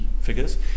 figures